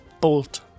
Bolt